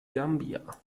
gambia